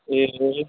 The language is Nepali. ए